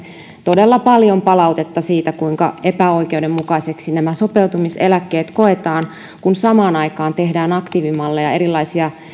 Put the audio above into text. todella paljon palautetta siitä kuinka epäoikeudenmukaiseksi nämä sopeutumiseläkkeet koetaan kun samaan aikaan tehdään aktiivimalleja erilaisia